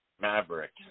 Maverick